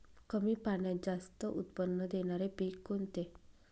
कमी पाण्यात जास्त उत्त्पन्न देणारे पीक कोणते?